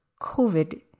COVID